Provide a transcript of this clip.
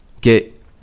get